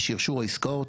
לשרשור עסקאות,